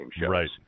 Right